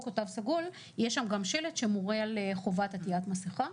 או תו סגול יש שם גם שלט שמורה על חובת עטיית מסכה